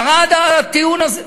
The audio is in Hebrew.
ירד הטיעון הזה.